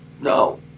No